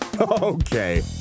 Okay